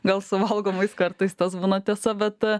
gal su valgomais kartais tas būna tiesa bet